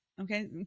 okay